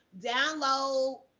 download